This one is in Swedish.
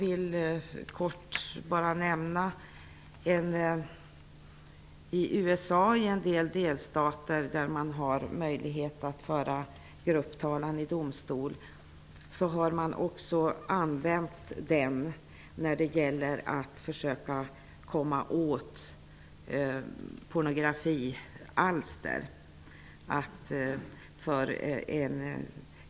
I USA, i en del delstater där det finns möjlighet att föra grupptalan i domstol, har grupper av kvinnor använt den för att kommma åt pornografialster.